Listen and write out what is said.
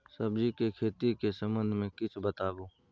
सब्जी के खेती के संबंध मे किछ बताबू?